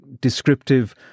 descriptive